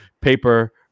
paper